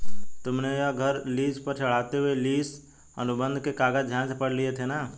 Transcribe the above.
तुमने यह घर लीस पर चढ़ाते हुए लीस अनुबंध के कागज ध्यान से पढ़ लिए थे ना?